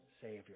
Savior